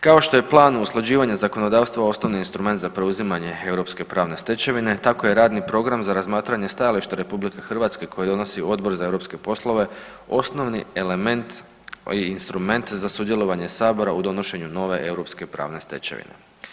Kao što je plan o usklađivanju zakonodavstva osnovni instrument za preuzimanje europske pravne stečevine tako je radni program za razmatranje stajališta RH koje donosi Odbor za europske poslove osnovni element i instrument za sudjelovanje sabora u donošenju nove europske pravne stečevine.